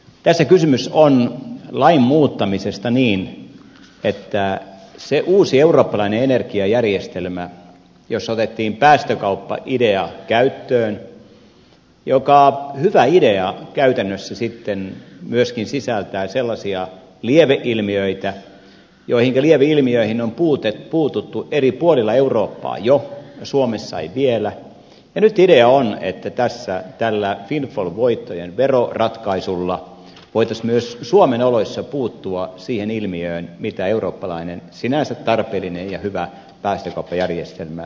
tässä kysymys on lain muuttamisesta niin että kun uudessa eurooppalaisessa energiajärjestelmässä otettiin päästökauppaidea käyttöön joka hyvä idea käytännössä sitten myöskin sisältää sellaisia lieveilmiöitä joihinka lieveilmiöihin on puututtu eri puolilla eurooppaa jo suomessa ei vielä niin nyt idea on että tässä tällä windfall voittojen veroratkaisulla voitaisiin myös suomen oloissa puuttua siihen ilmiöön mitä eurooppalainen sinänsä tarpeellinen ja hyvä päästökauppajärjestelmä tullessaan toi